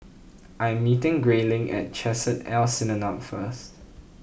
I am meeting Grayling at Chesed L Synagogue first